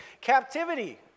Captivity